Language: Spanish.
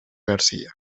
garcía